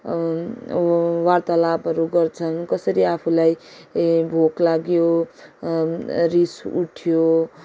वार्तालापहरू गर्छन् कसरी आफूलाई भोक लाग्यो रिस उठ्यो